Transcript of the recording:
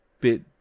bit